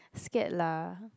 scared lah